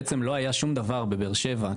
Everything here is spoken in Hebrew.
בעצם לא היה שום דבר בבאר שבע,